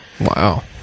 Wow